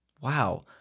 Wow